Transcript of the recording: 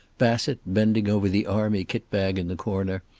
bassett, bending over the army kit bag in the corner,